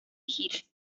giras